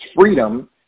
freedom